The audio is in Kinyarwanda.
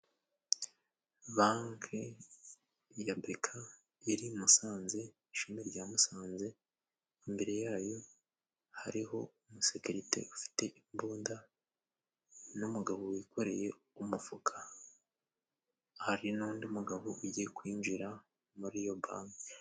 Banki ya Beka iri i Musanze, ishami rya Musanze, imbere ya yo hariho umusekirite ufite imbunda n'umugabo wikoreye umufuka, hari n'undi mugabo ugiye kwinjira muri iyo banki.